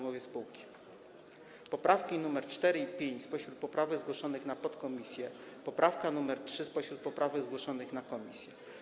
Chodzi o poprawki nr 4 i 5 spośród poprawek zgłoszonych w podkomisji oraz poprawkę nr 3 spośród poprawek zgłoszonych w komisji.